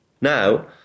Now